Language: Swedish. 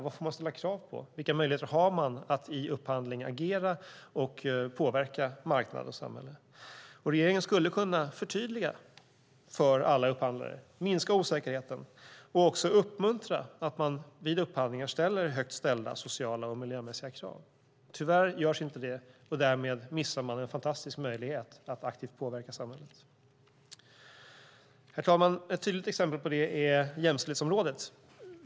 Vad får man ställa krav på? Vilka möjligheter har man att i upphandling agera och påverka marknad och samhälle? Regeringen skulle kunna förtydliga för alla upphandlare, minska osäkerheten och också uppmuntra att man vid upphandlingar ställer höga sociala och miljömässiga krav. Tyvärr görs inte det. Därmed missar man en fantastisk möjlighet att aktivt påverka samhället. Herr talman! Ett tydligt exempel på det är jämställdhetsområdet.